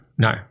No